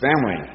family